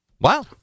Wow